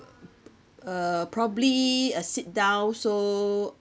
uh probably sit down so